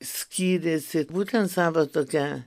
skyrėsi būtent savo tokia